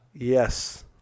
Yes